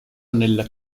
nel